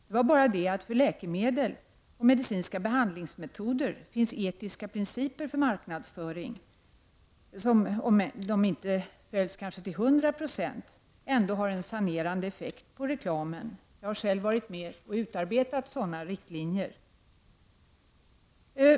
Det var bara det att för läkemedel och medicinska behandlingsmetoder finns etiska principer för marknadsföring som, även om de kanske inte följs till 100 26, ändå har en sanerande effekt på reklamen. Jag har själv varit med och utarbetat sådana riktlinjer.